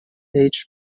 age